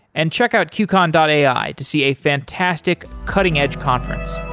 and check out qcon and ai to see a fantastic cutting-edge conference